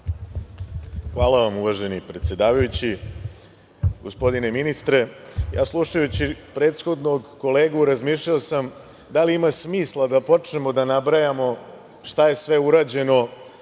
Hvala vam, uvaženi predsedavajući. Gospodine ministre, ja slušajući prethodnog kolegu razmišljao sam da li ima smisla da počnemo da nabrajamo šta je sve urađeno,